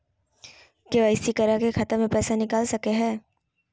KYC करा के खाता से पैसा निकल सके हय?